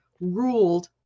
ruled